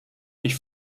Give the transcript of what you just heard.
ich